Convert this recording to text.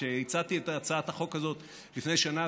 כשהצעתי את הצעת החוק הזאת לפני שנה,